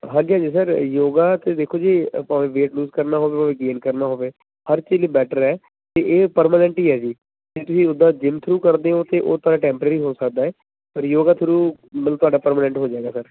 ਹਾਂਜੀ ਹਾਂਜੀ sir yoga ਤਾਂ ਦੇਖੋ ਜੀ ਭਾਵੇਂ ਵੇਟ ਲੂਜ ਕਰਨਾ ਹੋਵੇ ਭਾਵੇਂ ਗੇਨ ਕਰਨਾ ਹੋਵੇ ਹਰ ਚੀਜ਼ ਲਈ ਬੈਟਰ ਹੈ ਅਤੇ ਇਹ ਪਰਮਾਨੈਂਟ ਹੀ ਹੈ ਜੀ ਜੇ ਤੁਸੀਂ ਉੱਦਾਂ ਜਿਮ ਥਰੂ ਕਰਦੇ ਹੋ ਤਾਂ ਉਹ ਤੁਹਾਡਾ ਟੈਂਪਰੇਰੀ ਹੋ ਸਕਦਾ ਹੈ ਪਰ ਯੋਗਾ ਥਰੂ ਮਤਲਬ ਤੁਹਾਡਾ ਪਰਮਾਨੈਂਟ ਹੋ ਜਾਵੇਗਾ ਸਰ